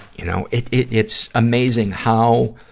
you know, it, it, it's amazing how,